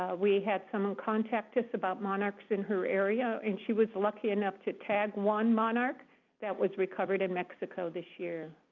ah we had someone contact us about monarchs in her area. and she was lucky enough to tag one monarch that was recovered in mexico this year.